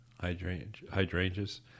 hydrangeas